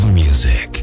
music